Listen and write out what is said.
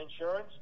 insurance